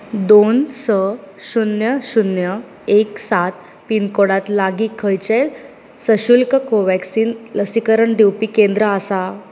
दोन स शून्य शून्य एक सात पिनकोडांत लागीं खंयचेंय सशुल्क कोव्हॅक्सिन लसीकरण दिवपी केंद्र आसा